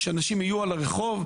שאמורים שאנשים יהיו על הרחוב,